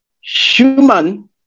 human